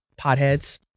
potheads